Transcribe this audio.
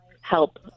help